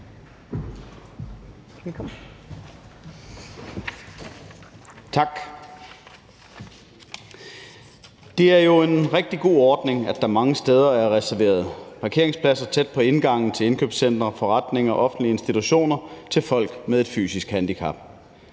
Tak. Det er jo en rigtig god ordning, at der mange steder er reserveret parkeringspladser tæt på indgangen til indkøbscentre, forretninger, offentlige institutioner til folk med et fysisk handicap.